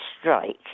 strike